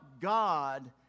God